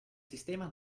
sistema